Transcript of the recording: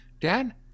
Dad